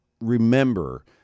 remember